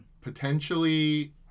potentially